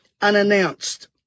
unannounced